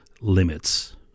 limits